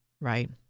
Right